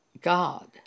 God